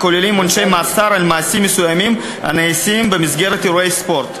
הכוללים עונשי מאסר על מעשים מסוימים הנעשים במסגרת אירועי ספורט.